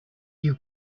you